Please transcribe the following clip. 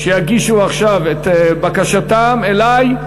שיגישו עכשיו את בקשתם אלי.